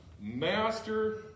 master